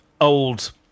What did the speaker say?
old